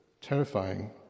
terrifying